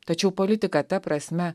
tačiau politika ta prasme